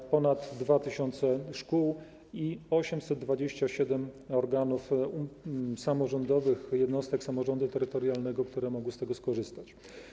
Jest ponad 2 tys. szkół i 827 organów samorządowych, jednostek samorządu terytorialnego, które mogły z tego skorzystać.